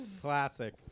Classic